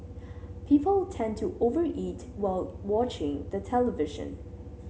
people tend to over eat while watching the television